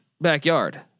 backyard